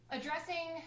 Addressing